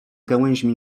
gałęźmi